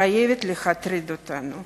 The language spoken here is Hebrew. חייבת להטריד אותנו.